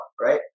right